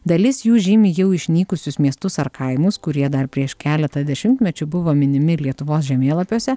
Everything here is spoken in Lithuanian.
dalis jų žymi jau išnykusius miestus ar kaimus kurie dar prieš keletą dešimtmečių buvo minimi lietuvos žemėlapiuose